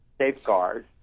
safeguards